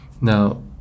Now